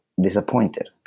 disappointed